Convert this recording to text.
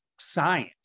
science